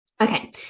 Okay